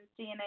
DNA